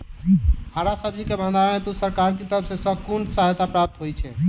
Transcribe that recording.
हरा सब्जी केँ भण्डारण हेतु सरकार की तरफ सँ कुन सहायता प्राप्त होइ छै?